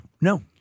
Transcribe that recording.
No